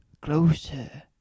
closer